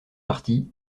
parties